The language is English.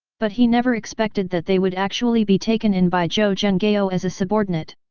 but he never expected that they would actually be taken in by zhou zhenghao as a subordinate.